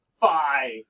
five